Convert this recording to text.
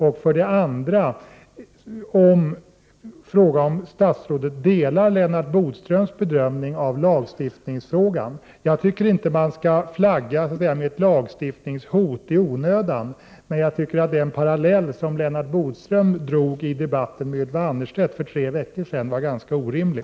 Det andra skälet är frågan om statsrådet delar Lennart Bodströms bedömning av lagstiftningsfrågan. Jag tycker inte att man skall flagga med ett lagstiftningshot i onödan, men jag tycker att den parallell Lennart Bodström drog i debatten med Ylva Annerstedt för tre veckor sedan var ganska orimlig.